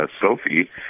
Sophie